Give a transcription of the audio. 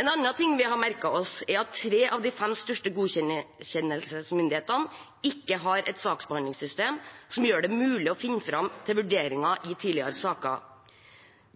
En annen ting vi har merket oss, er at tre av de fem største godkjennelsesmyndighetene ikke har et saksbehandlingssystem som gjør det mulig å finne fram til vurderinger i tidligere saker.